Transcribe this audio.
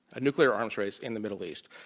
a nuclear arms race, in the middle east.